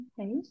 Okay